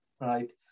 right